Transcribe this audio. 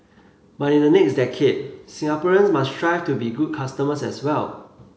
but in the next decade Singaporeans must strive to be good customers as well